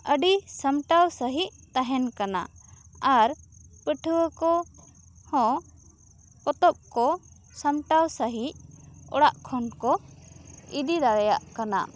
ᱟᱹᱰᱤ ᱥᱟᱢᱴᱟᱣ ᱥᱟᱹᱦᱤᱫ ᱛᱟᱦᱮᱱ ᱠᱟᱱᱟ ᱟᱨ ᱯᱟᱹᱴᱷᱩᱣᱟᱹ ᱠᱚᱦᱚᱸ ᱯᱚᱛᱚᱵ ᱠᱚ ᱥᱟᱢᱴᱟᱣ ᱥᱟᱹᱦᱤᱡ ᱚᱲᱟᱜ ᱠᱷᱚᱱ ᱠᱚ ᱤᱫᱤ ᱫᱟᱲᱮᱭᱟᱜ ᱠᱟᱱᱟ